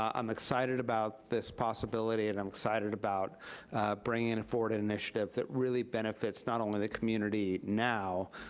um i'm excited about this possibility, and i'm excited about bringing a forward initiative that really benefits not only the community now,